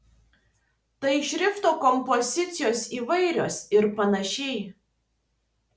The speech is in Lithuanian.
tai šrifto kompozicijos įvairios ir panašiai